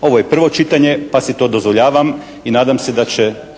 Ovo je prvo čitanje pa si to dozvoljavam i nadam se da će